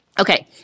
Okay